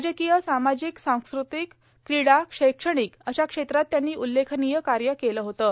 राजकीय सामाजिक सांस्कृतिक क्रीडा शैक्षणिक अशा क्षेत्रात त्यांनी उल्लेखनीय कार्य केलं होतं